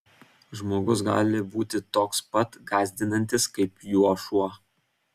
žmogus gali būti toks pats gąsdinantis kaip juo šuo